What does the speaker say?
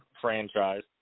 franchise